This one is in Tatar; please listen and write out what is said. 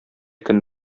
көн